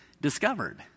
discovered